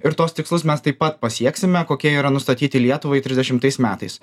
ir tuos tikslus mes taip pat pasieksime kokie yra nustatyti lietuvai trisdešimtais metais